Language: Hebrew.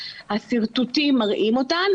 השרטוטים מראים אותן.